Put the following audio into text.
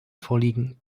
vorliegen